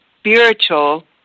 spiritual